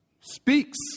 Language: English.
Speaks